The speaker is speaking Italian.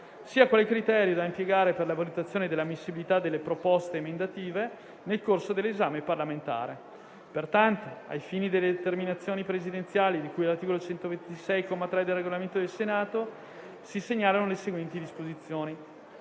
sia quale criterio da impiegare per la valutazione dell'ammissibilità delle proposte emendative nel corso dell'esame parlamentare. Pertanto, ai fini delle determinazioni presidenziali di cui all'articolo 126, comma 3, del Regolamento del Senato, si segnalano le seguenti disposizioni: